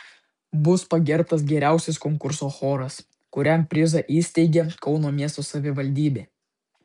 bus pagerbtas geriausias konkurso choras kuriam prizą įsteigė kauno miesto savivaldybė